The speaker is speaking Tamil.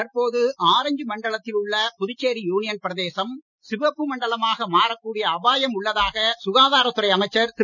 தற்போது ஆரஞ்ச் மண்டலத்தில் உள்ள புதுச்சேரி யூனியன் பிரதேசம் சிவப்பு மண்டலமாக மாறக்கூடிய அபாயம் உள்ளதாக சுகாதாரத் துறை அமைச்சர் திரு